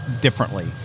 differently